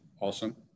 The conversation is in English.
awesome